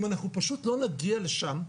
אם אנחנו לא נגיע לשם,